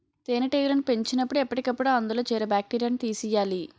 తేనెటీగలను పెంచినపుడు ఎప్పటికప్పుడు అందులో చేరే బాక్టీరియాను తీసియ్యాలి